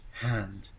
hand